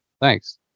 Thanks